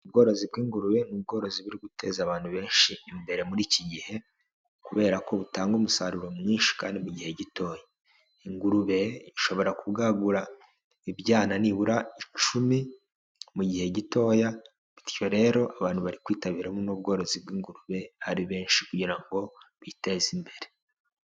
Ubworozi bw'ingurube, ni ubworozi buri guteza abantu benshi imbere muri iki gihe, kubera ko butanga umusaruro mwinshi kandi mu gihe gitoya, ingurube ishobora kubwagura ibyana nibura icumi mu gihe gitoya, bityo rero abantu bari kwitabiramo buno bworozi bw'ingurube ari benshi kugira ngo biteze imbere.